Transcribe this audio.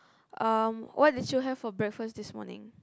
um what did you have for breakfast this morning